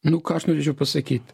nu ką aš norėčiau pasakyt